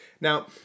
Now